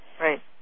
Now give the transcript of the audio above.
Right